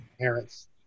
parents